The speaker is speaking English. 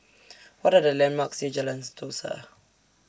What Are The landmarks near Jalan Sentosa